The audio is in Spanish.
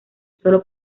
solo